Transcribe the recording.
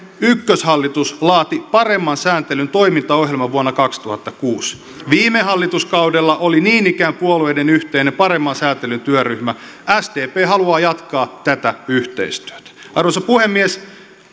ykköshallitus laati paremman sääntelyn toimintaohjelman vuonna kaksituhattakuusi viime hallituskaudella oli niin ikään puolueiden yhteinen paremman sääntelyn työryhmä sdp haluaa jatkaa tätä yhteistyötä arvoisa puhemies